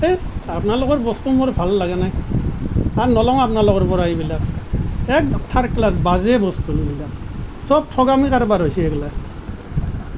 হেই আপোনালোকৰ বস্তু মোৰ ভাল লগা নাই আৰু নলওঁ আপোনালোকৰ পৰা এইবিলাক একদম থাৰ্ড ক্লাছ বাজে বস্তু চব ঠগামিৰ কাৰবাৰ হৈছে এইবিলাক